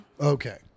Okay